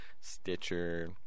Stitcher